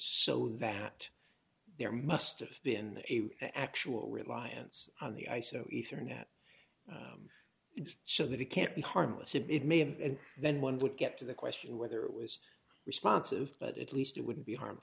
so that there must've been actual reliance on the iso internet so that it can't be harmless if it may have and then one would get to the question whether it was responsive but at least it wouldn't be harm